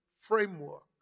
framework